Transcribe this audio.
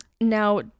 Now